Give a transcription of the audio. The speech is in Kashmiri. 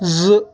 زٕ